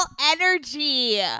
energy